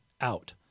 out